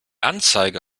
anzeige